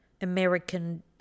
American